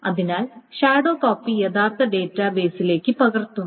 അതിനാൽ shadow copy യഥാർത്ഥ ഡാറ്റാബേസിലേക്ക് പകർത്തുന്നു